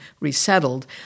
resettled